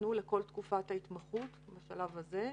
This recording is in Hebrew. ניתנו לכל תקופת ההתמחות בשלב הזה.